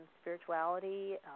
spirituality